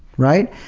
right?